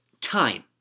time